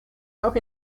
auch